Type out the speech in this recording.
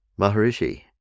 Maharishi